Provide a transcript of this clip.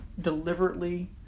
deliberately